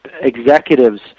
executives